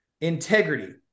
integrity